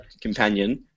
companion